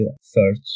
search